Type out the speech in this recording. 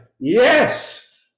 Yes